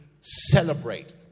celebrate